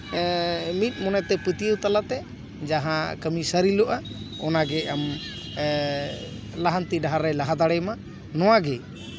ᱢᱤᱫ ᱢᱚᱱᱮᱛᱟ ᱯᱟᱹᱛᱭᱟᱹᱣ ᱛᱟᱞᱟᱛᱮ ᱡᱟᱦᱟᱸ ᱠᱟᱹᱢᱤ ᱥᱟᱹᱨᱤᱞᱚᱜᱼᱟ ᱚᱱᱟᱜᱮ ᱟᱢ ᱞᱟᱦᱟᱱᱛᱤ ᱰᱟᱦᱟᱨ ᱨᱮ ᱞᱟᱦᱟ ᱫᱟᱲᱮᱭᱟᱢᱟ ᱱᱚᱣᱟᱜᱮ